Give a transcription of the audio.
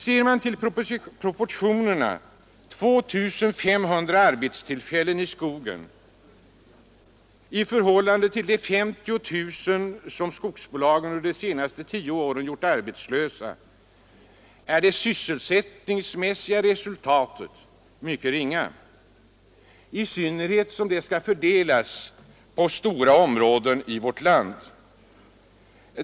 Ser man till proportionerna — 2 500 arbetstillfällen i skogen i förhållande till de 50 000 som skogsbolagen under de senaste tio åren har gjort arbetslösa — är det sysselsättningsmässiga resultatet mycket ringa, i synnerhet som det skall fördelas på stora områden i vårt land.